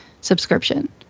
subscription